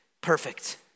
perfect